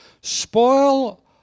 Spoil